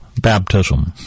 baptism